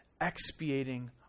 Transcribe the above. expiating